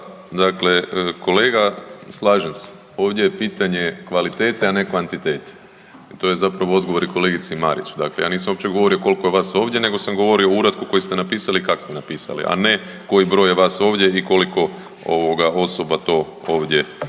Dakle, kolega slažem se. Ovdje je pitanje kvalitete, a ne kvantitete. To je zapravo odgovor i kolegici Marić. Dakle, ja nisam uopće govorio koliko je vas ovdje nego sam govorio o uratku koji ste napisali i kak ste napisali. A ne koji broj je vas ovdje i koliko ovoga osoba to ovdje